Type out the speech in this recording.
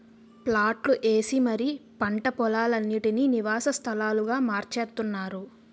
ప్లాట్లు ఏసి మరీ పంట పోలాలన్నిటీనీ నివాస స్థలాలుగా మార్చేత్తున్నారు